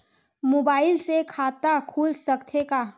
Mobile से खाता खुल सकथे का?